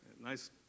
Nice